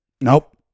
Nope